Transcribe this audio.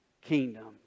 kingdom